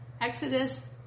Exodus